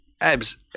Abs